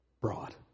broad